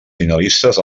finalistes